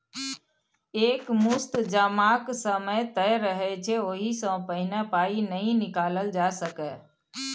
एक मुस्त जमाक समय तय रहय छै ओहि सँ पहिने पाइ नहि निकालल जा सकैए